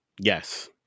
yes